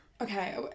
Okay